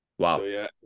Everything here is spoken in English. Wow